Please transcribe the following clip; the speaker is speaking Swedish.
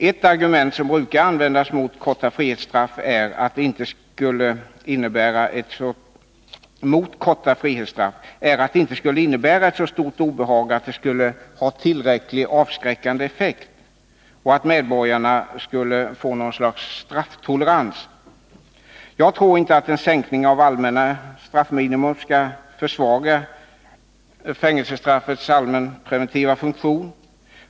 Ett argument som brukar användas mot korta frihetsstraff är att de inte skulle innebära så stort obehag att de skulle ha tillräckligt avskräckande effekt och att medborgarna skulle få något slags strafftolerans. Jag tror inte att en sänkning av allmänna straffminimum skulle försvaga fängelsestraffets allmänpreventiva funktion.